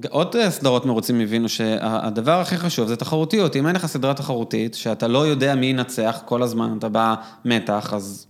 עוד סדרות מרוצים, הבינו שהדבר הכי חשוב זה תחרותיות. אם הייתה לך סדרה תחרותית שאתה לא יודע מי ינצח כל הזמן, אתה במתח, אז...